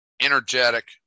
energetic